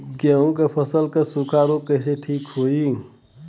गेहूँक फसल क सूखा ऱोग कईसे ठीक होई?